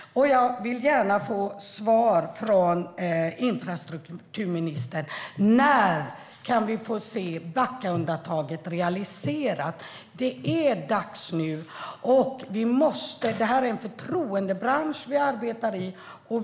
Jag vill gärna få svar från infrastrukturministern om när vi kan få se Backaundantaget realiserat. Det är dags nu. Det är en förtroendebransch vi arbetar i.